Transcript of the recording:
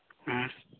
ᱦᱮᱸ